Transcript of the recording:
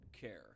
care